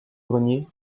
grenier